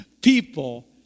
people